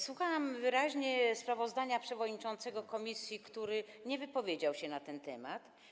Słuchałam wyraźnie sprawozdania przewodniczącego komisji, który nie wypowiedział się na ten temat.